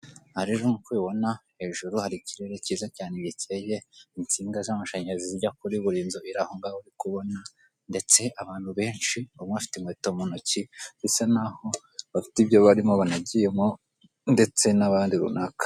Aha rero nk'uko ubibona hejuru hari ikirere cyiza cyane gikeye insinga z'amashanyarazi zijya kuri buri nzu iri ahongaho uri kubona ndetse abantu benshi baba bafite inkweto mu ntoki zisa naho bafite ibyo barimo banagiyemo ndetse n'abandi runaka.